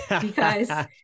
because-